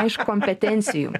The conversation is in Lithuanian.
aišku kompetencijų